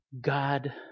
God